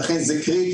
לכן, זה קריטי.